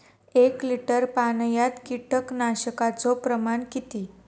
एक लिटर पाणयात कीटकनाशकाचो प्रमाण किती?